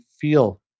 feel